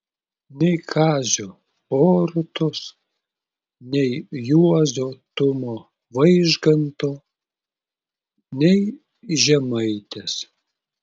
nei kazio borutos nei juozo tumo vaižganto nei žemaitės